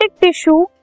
tissue